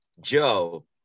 Joe